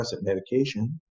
medication